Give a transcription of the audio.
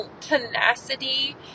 tenacity